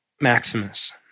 Maximus